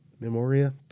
memoria